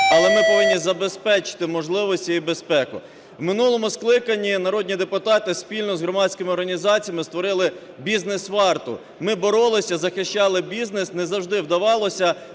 але ми повинні забезпечити можливості і безпеку. У минулому скликанні народні депутати спільно з громадськими організаціями створили "Бізнес-Варту", ми боролися, захищали бізнес, не завжди вдавалося.